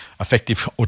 effective